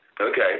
Okay